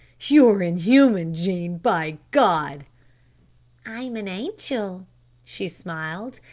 you're inhuman, jean, by god i'm an angel, she smiled,